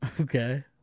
Okay